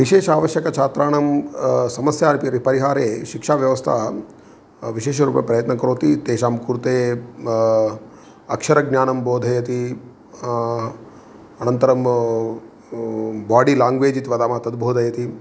विषेशावश्यकछात्राणां समस्या उपरि परिहारे शिक्षाव्यवस्था विशेषरूपप्रयत्नं करोति तेषां कृते अक्षरज्ञानं बोधयति अनन्तरं बाडि लाङ्ग्वेज् इति वदामः तद्बोधयति